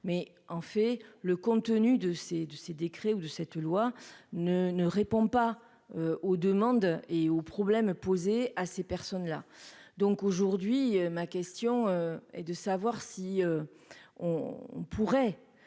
mais en fait, le contenu de ces, de ces décrets ou de cette loi ne ne répond pas aux demandes et aux problèmes posés à ces personnes-là, donc, aujourd'hui, ma question est de savoir si on pourrait